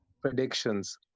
Predictions